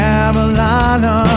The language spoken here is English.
Carolina